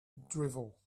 drivel